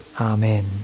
Amen